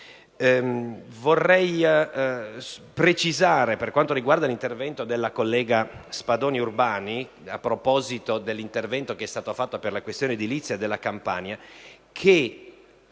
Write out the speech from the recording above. Desidero precisare, con riferimento a quanto riferito dalla collega Spadoni Urbani a proposito dell'intervento che è stato fatto per la questione edilizia della Campania, che